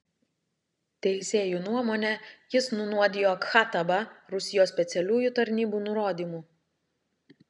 teisėjų nuomone jis nunuodijo khattabą rusijos specialiųjų tarnybų nurodymu